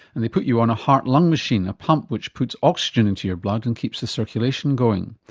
and they put you on a heart lung machine, a pump which puts oxygen into your blood and keeps the circulation going.